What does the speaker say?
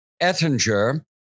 Ettinger